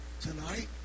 tonight